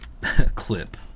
clip